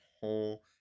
whole